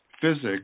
physics